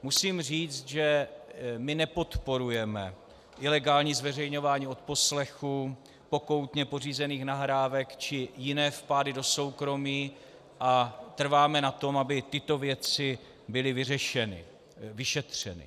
Musím říct, že my nepodporujeme ilegální zveřejňování odposlechů, pokoutně pořízených nahrávek či jiné vpády do soukromí a trváme na tom, aby tyto věci byly vyšetřeny.